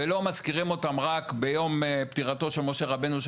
ולא מזכירים אותם רק ביום פטירתו של משה רבנו,